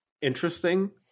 interesting